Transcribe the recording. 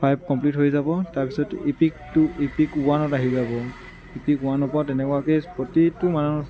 five complete হৈ যাব তাৰপিছত ইপিক টু ইপিক ওৱানত আহি যাব ঠিক ওৱানৰপৰা তেনেকুৱাকৈ প্ৰতিটো মানত